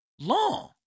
long